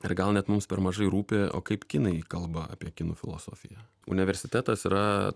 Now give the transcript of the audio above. ir gal net mums per mažai rūpi o kaip kinai kalba apie kinų filosofiją universitetas yra